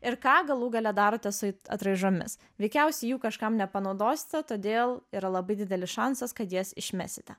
ir ką galų gale darote su ait atraižomis veikiausiai jų kažkam nepanaudosite todėl yra labai didelis šansas kad jas išmesite